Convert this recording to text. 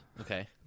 Okay